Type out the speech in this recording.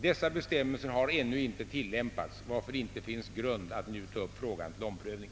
Dessa bestämmelser har ännu inte tillämpats, varför det inte finns grund att nu ta upp frågan till omprövning.